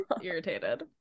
irritated